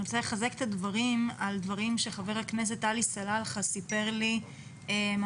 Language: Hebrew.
אני רוצה לחזק את הדברים עם דברים שחבר הכנסת עלי סלאלחה סיפר לי השבוע,